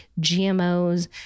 GMOs